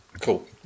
Cool